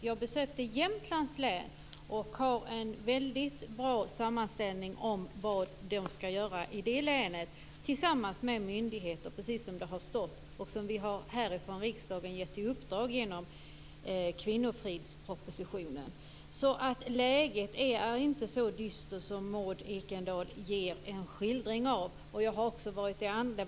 Jag besökte Jämtlands län, och jag har en väldigt bra sammanställning av vad de ska göra i det länet tillsammans med myndigheter precis som det har stått och som vi härifrån riksdagen har givit uppdrag om genom kvinnofridspropositionen. Läget är alltså inte så dystert som Maud Ekendahls skildring. Och det är bara ett exempel.